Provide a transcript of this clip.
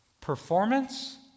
performance